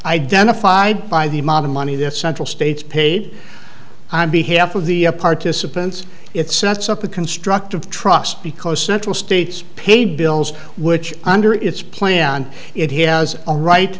identified by the amount of money that central states paid on behalf of the participants it sets up a constructive trust because central states pay bills which under its plan it has a right